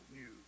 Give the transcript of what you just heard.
news